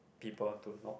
people to not